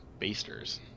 basters